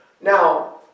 Now